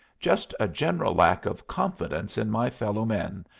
just a general lack of confidence in my fellow-men,